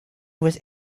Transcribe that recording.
was